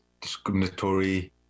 discriminatory